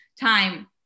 time